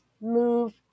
move